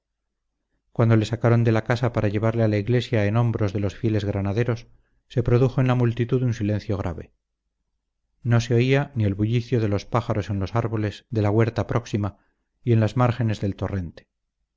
cuando le sacaron de la casa para llevarle a la iglesia en hombros de los fieles granaderos se produjo en la multitud un silencio grave no se oía ni el bullicio de los pájaros en los árboles de la huerta próxima y en las márgenes del torrente